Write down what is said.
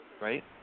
right